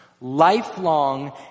lifelong